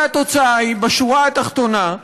והתוצאה היא, בשורה התחתונה,